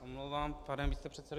Omlouvám se, pane místopředsedo.